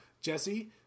Jesse